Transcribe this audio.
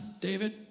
David